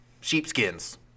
sheepskins